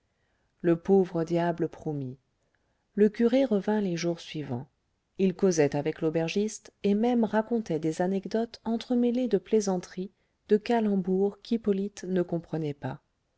le pauvre diable promit le curé revint les jours suivants il causait avec l'aubergiste et même racontait des anecdotes entremêlées de plaisanteries de calembours qu'hippolyte ne comprenait pas